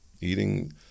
eating